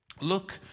Look